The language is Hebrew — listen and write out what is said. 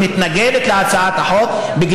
מתנגדת גם להצעת החוק הזאת,